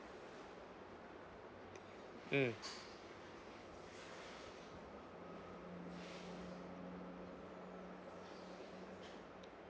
mm